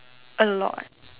a lot